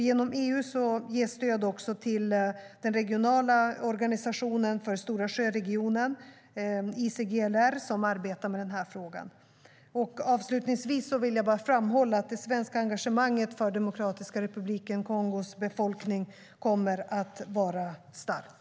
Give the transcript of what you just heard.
Genom EU ges stöd till den regionala organisationen för Storasjöregionen, ICGLR, som arbetar med denna fråga. Avslutningsvis vill jag framhålla att det svenska engagemanget för Demokratiska republiken Kongos befolkning kommer att vara starkt.